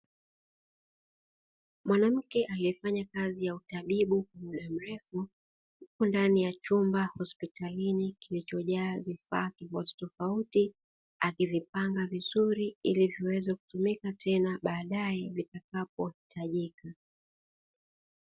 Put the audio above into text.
Mwanamke aliyefanya kazi ya utabibu kwa muda mrefu, yupo ndani ya chumba hospitalini, kilichojaa vifaa tofauti tofauti akivipanga vizuri ili viweze kutumika tena baadaye vitakapohitajika.